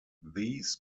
these